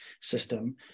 system